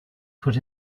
put